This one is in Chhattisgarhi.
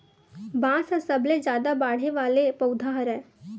बांस ह सबले जादा बाड़हे वाला पउधा हरय